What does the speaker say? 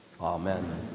Amen